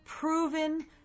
Proven